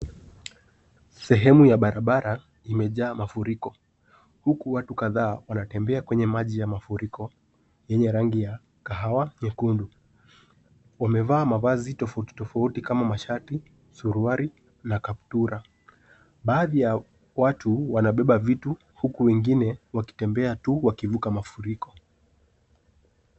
Sehemu ya barabara imejaa mafuriko, huku watu kadhaa wanatembea kwenye maji ya mafuriko yenye rangi ya kahawa, nyekundu. Wamevaa mavazi tofauti, tofauti kama mashati, suruali na kaptula. Baadhi ya watu wanabeba vitu huku wengine wakitembea tu wakivuka mafuriko.